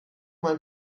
mein